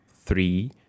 three